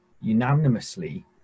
unanimously